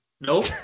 Nope